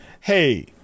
hey